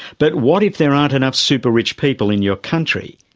but what if there aren't enough super-rich people in your country?